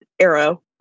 arrow